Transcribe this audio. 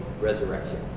resurrection